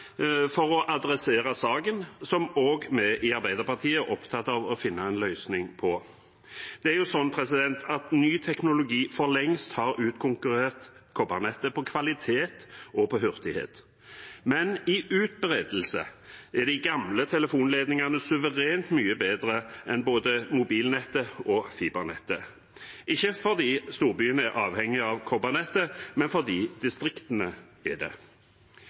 for å adressere saken, som også vi i Arbeiderpartiet er opptatt av å finne en løsning på. Det er jo slik at ny teknologi for lengst har utkonkurrert kobbernettet på kvalitet og på hurtighet, men i utbredelse er de gamle telefonledningene suverent mye bedre enn både mobilnettet og fibernettet – ikke fordi storbyene er avhengig av kobbernettet, men fordi distriktene er det.